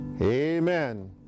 Amen